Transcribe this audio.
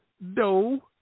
No